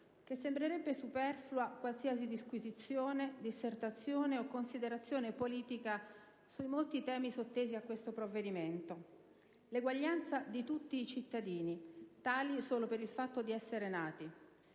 che sembrerebbe superflua qualsiasi disquisizione, dissertazione o considerazione politica sui molti temi sottesi a questo provvedimento: l'eguaglianza di tutti i cittadini, tali solo per il fatto di essere nati,